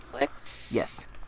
Yes